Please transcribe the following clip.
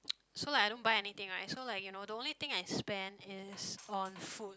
so like I don't buy anything right so like you know the only thing I spend is on food